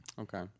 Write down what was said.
Okay